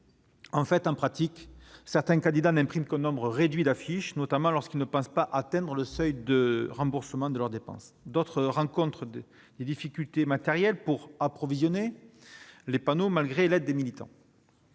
En pratique, certains candidats n'impriment qu'un nombre réduit d'affiches, notamment lorsqu'ils ne pensent pas atteindre le seuil de remboursement de leurs dépenses. D'autres rencontrent des difficultés matérielles pour « approvisionner » les panneaux, malgré l'aide des militants.